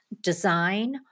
design